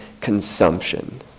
consumption